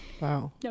Wow